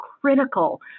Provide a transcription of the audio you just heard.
critical